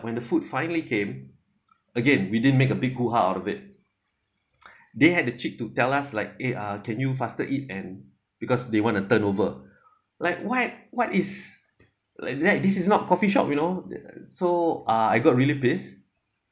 when the food finally came again we didn't make a big hooha out of it they had the cheek to tell us like eh uh can you faster eat and because they want a turnover like why what is like that this is not coffee-shop you know so uh I got really pissed